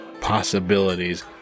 possibilities